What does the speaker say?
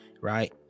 right